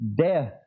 death